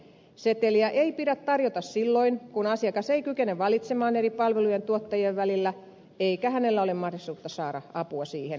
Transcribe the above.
seteliä ei pidä tarjota silloin kun asiakas ei kykene valitsemaan eri palvelujen tuottajien välillä eikä hänellä ole mahdollisuutta saada apua siihen